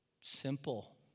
Simple